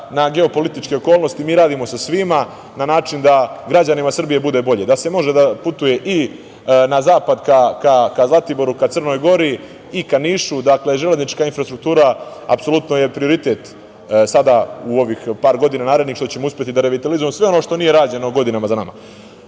na geopolitičke okolnosti mi radimo sa svima, na način da građanima Srbije bude bolje, da može da se putuje i na zapad ka Zlatiboru, ka Crnoj Gori i ka Nišu. Dakle, železnička infrastruktura apsolutno je prioritet sada u ovih par godina narednih, što ćemo uspeti da revitalizujemo sve ono što nije rađeno godinama za nama. Kada